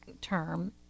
term